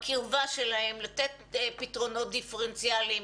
את הקרבה שלהם לתת פתרונות דיפרנציאליים,